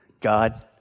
God